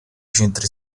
centri